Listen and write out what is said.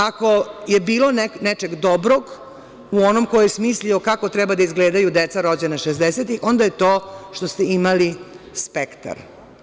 Ako je bilo nečeg dobrog u onom ko je smislio kako treba da izgledaju deca rođena 60-tih, onda je to što ste imali spektar.